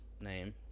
name